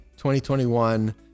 2021